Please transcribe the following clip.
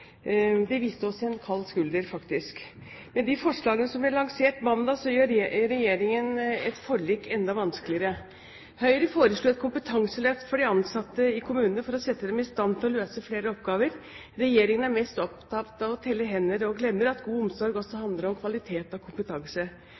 viste oss faktisk en kald skulder. Med de forslagene som ble lansert mandag, gjør regjeringen et forlik enda vanskeligere. Høyre foreslo et kompetanseløft for de ansatte i kommunene for å sette dem i stand til å løse flere oppgaver. Regjeringen er mest opptatt av å telle hender og glemmer at god omsorg også